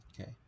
Okay